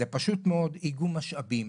זה פשוט מאוד איגום משאבים.